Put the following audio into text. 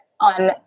on